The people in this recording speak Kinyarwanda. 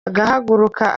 agahaguruka